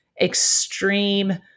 extreme